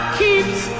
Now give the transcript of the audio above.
keeps